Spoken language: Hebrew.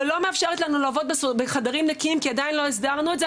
אבל לא מאפשרת לנו לעבוד בחדרים נקיים כי עדיין לא הסדרנו את זה,